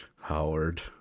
Howard